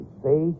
say